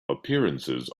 appearances